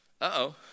uh-oh